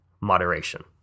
moderation